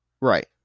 Right